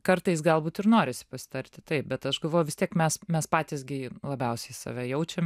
kartais galbūt ir norisi pasitarti taip bet aš galvoju vis tiek mes mes patys gi labiausiai save jaučiam